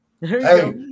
Hey